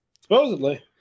Supposedly